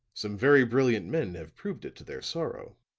some very brilliant men have proved it to their sorrow.